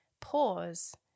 pause